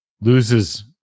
loses